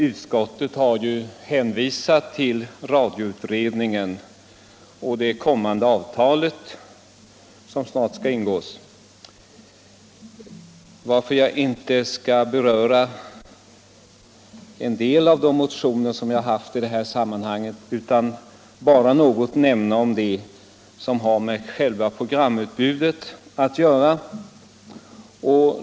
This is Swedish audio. Utskottet har hänvisat till radioutredningen och till det avtal som snart skall ingås, varför jag inte skall beröra en del av de motioner jag väckt i detta sammanhang utan bara ta upp den som har med själva programutbudet att göra.